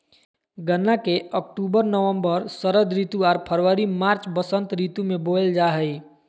गन्ना के अक्टूबर नवम्बर षरद ऋतु आर फरवरी मार्च बसंत ऋतु में बोयल जा हइ